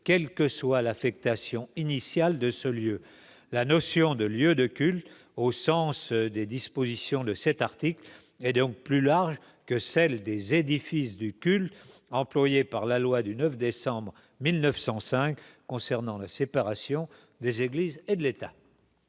quelle que soit l'affectation initiale de ce lieu, la notion de lieu de culte au sens des dispositions de cet article et donc plus large que celle des édifices du culte, employé par la loi du 9 décembre 1905 concernant la séparation des Églises et de l'État.